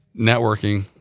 networking